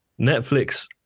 Netflix –